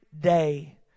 day